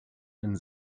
and